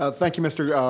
ah thank you mr. yeah